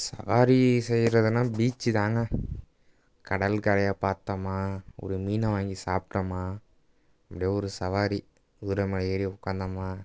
சவாரி செய்கிறதுன்னா பீச்சு தான்ங்க கடற்கரைய பாத்தோம்மா ஒரு மீனை வாங்கி சாப்பிட்டமா இப்படியே ஒரு சவாரி குதிரை மேலே ஏறி உக்காந்தோம்மா